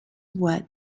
what